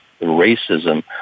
racism